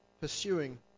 pursuing